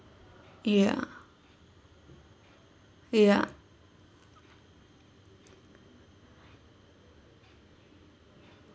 ya ya